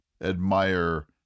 admire